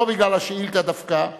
לא בגלל השאילתא דווקא,